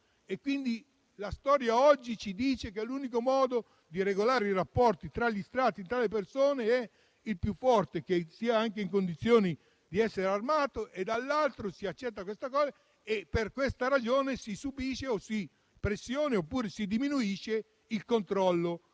e quindi la storia oggi ci dice che l'unico modo di regolare i rapporti tra gli Stati e tra le persone è essere il più forte e nelle condizioni di essere armato, e si accetta ciò. Per questa ragione, si subisce la pressione oppure si diminuisce il controllo